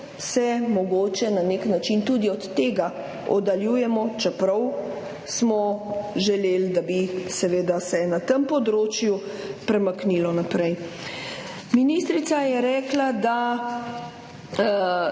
se mogoče na nek način tudi od tega oddaljujemo, čeprav smo želeli, da bi se na tem področju premaknilo naprej. Ministrica je rekla, da